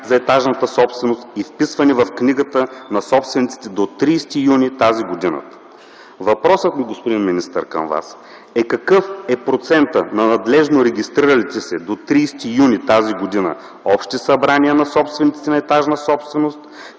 за етажната собственост и вписване в книгата на собствениците до 30 юни т.г. Господин министър, въпросът ми към Вас е: какъв е процентът на надлежно регистриралите се до 30 юни т.г. общи събрания на собствениците на етажна собственост,